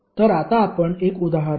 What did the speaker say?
तर आता आपण 1 उदाहरण घेऊ